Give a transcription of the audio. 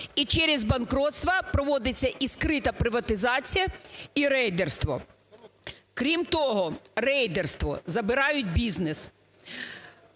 і через банкрутство проводиться і скрита приватизація, і рейдерство. Крім того, рейдерство, забирають бізнес.